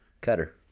Cutter